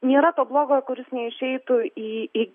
nėra to blogo kuris neišeitų į į